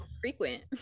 frequent